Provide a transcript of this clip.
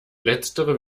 letztere